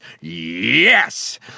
yes